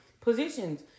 positions